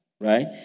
right